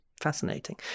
fascinating